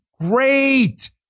Great